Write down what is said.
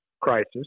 crisis